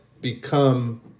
become